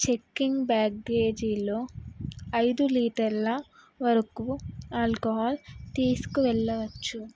checking బ్యా్గేజీలో ఐదు లీటర్ల వరకు ఆల్కహాల్ తీసుకువెళ్ళవచ్చు